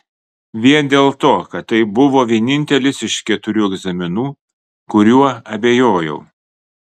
vien dėl to kad tai buvo vienintelis iš keturių egzaminų kuriuo abejojau